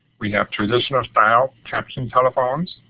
we have traditional style captioned telephones.